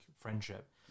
friendship